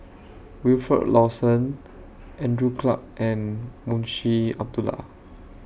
Wilfed Lawson Andrew Clarke and Munshi Abdullah